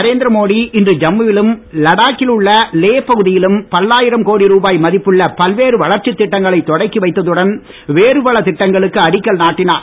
நரேந்திரமோடி இன்று ஜம்முவிலும் லடாக்கில் உள்ள லே பகுதியிலும் பல்லாயிரம் கோடி ருபாய் மதிப்புள்ள பல்வேறு வளர்ச்சித் திட்டங்களை தொடக்கி வைத்ததுடன் வேறு பல திட்டங்களுக்கு அடிக்கல் நாட்டினார்